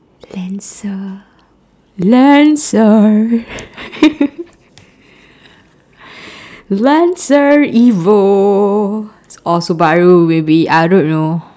lancer lancer lancer evo or subaru maybe I don't know